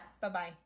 Bye-bye